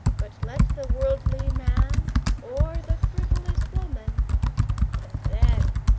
but let the worldly man or the frivolous woman and then